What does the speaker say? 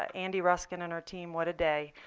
ah andy ruskin and our team, what a day.